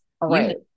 Right